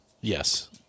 Yes